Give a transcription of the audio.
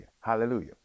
hallelujah